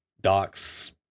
Docs